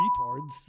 retards